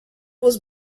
was